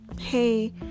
hey